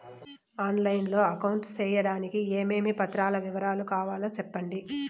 On line లో account సేయడానికి ఏమేమి పత్రాల వివరాలు కావాలో సెప్పండి?